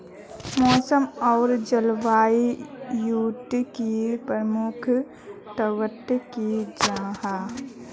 मौसम आर जलवायु युत की प्रमुख तत्व की जाहा?